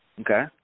okay